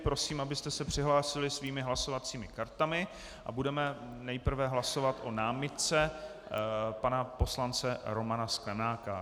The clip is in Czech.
Prosím, abyste se přihlásili svými hlasovacími kartami, a budeme nejprve hlasovat o námitce pana poslance Romana Sklenáka.